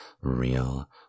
real